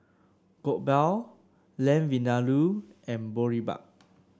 Lamb Vindaloo and Boribap